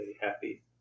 happy